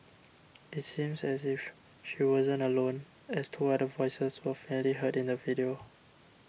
it seems as if she wasn't alone as two other voices were faintly heard in the video